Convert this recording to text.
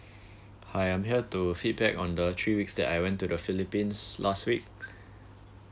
hi I am here to feedback on the three weeks that I went to the philippines last week